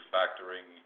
factoring